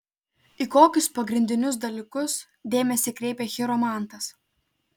į kokius pagrindinius dalykus dėmesį kreipia chiromantas